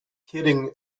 kidding